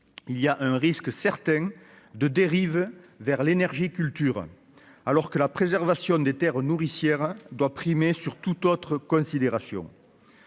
il y a un risque certain de dérive vers l'énergie culture alors que la préservation des Terres nourricières doit primer sur toute autre considération,